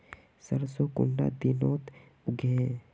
सरसों कुंडा दिनोत उगैहे?